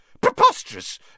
Preposterous